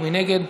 ומי נגד?